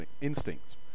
instincts